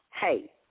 hey